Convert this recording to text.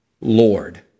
Lord